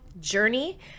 journey